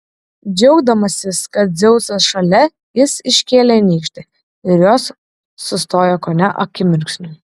džiaugdamasis kad dzeusas šalia jis iškėlė nykštį ir jos sustojo kone akimirksniu